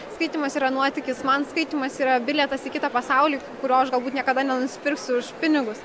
skaitymas yra nuotykis man skaitymas yra bilietas į kitą pasaulį kurio aš galbūt niekada nenusipirksiu už pinigus